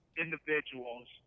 individuals